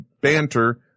banter